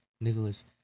Nicholas